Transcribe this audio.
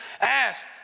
ask